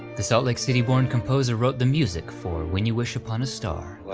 the salt lake city-born composer wrote the music for when you wish upon a star.